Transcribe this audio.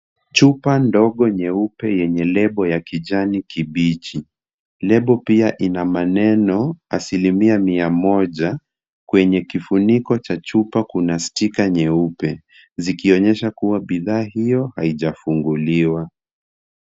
Chupa ndogo nyeupe yenye lebo ya kijani kibichi. Lebo pia ina maneno asilimia mia moja. Kwenye kifuniko cha chupa kuna stika nyeupe, zikionyesha kuwa bidhaa hiyo haijafunguliwa.